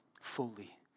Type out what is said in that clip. fully